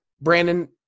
Brandon